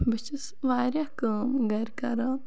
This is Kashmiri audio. بہٕ چھَس واریاہ کٲم گَرِ کَران